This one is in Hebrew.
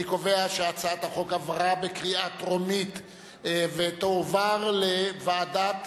אני קובע שהצעת החוק עברה בקריאה טרומית ותועבר לוועדת,